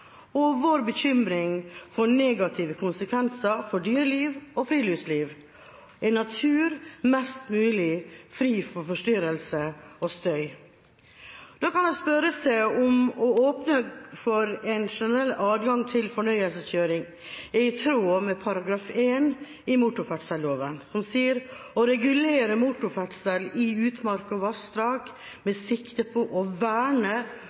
og vår bekymring for negative konsekvenser for dyreliv og friluftsliv, en natur mest mulig fri for forstyrrelse og støy. Da kan en spørre seg om å åpne for en generell adgang til fornøyelseskjøring er i tråd med § 1 i motorferdselloven, der det heter: «å regulere motorferdselen i utmark og vassdrag med sikte på å verne